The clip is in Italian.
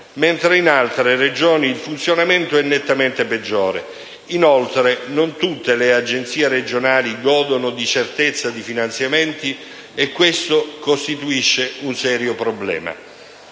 mentre in altre Regioni il funzionamento è nettamente peggiore; inoltre non tutte le Agenzie regionali godono di certezza di finanziamenti, e questo costituisce un serio problema.